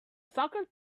soccer